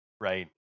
Right